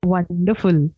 Wonderful